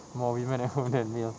more women at home than men